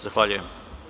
Zahvaljujem.